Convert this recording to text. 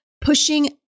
pushing